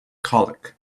colic